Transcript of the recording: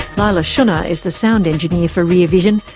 leila shunnar is the sound engineer for rear vision.